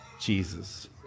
Jesus